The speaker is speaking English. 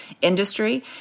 industry